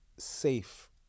safe